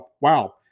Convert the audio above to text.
wow